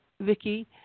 Vicky